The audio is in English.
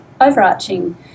overarching